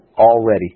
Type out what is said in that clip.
Already